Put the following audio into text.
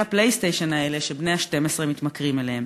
הפלייסטיישן האלה שבני ה-12 מתמכרים אליהם.